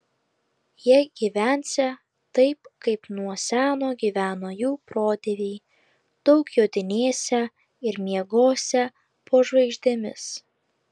jie gyvensią taip kaip nuo seno gyveno jų protėviai daug jodinėsią ir miegosią po žvaigždėmis